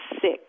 sick